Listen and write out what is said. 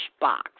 box